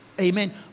Amen